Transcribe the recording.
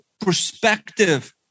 perspective